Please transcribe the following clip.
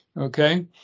okay